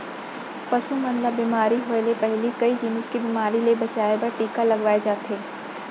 पसु मन ल बेमारी होय ले पहिली कई जिनिस के बेमारी ले बचाए बर टीका लगवाए जाथे